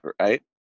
right